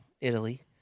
Italy